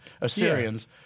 Assyrians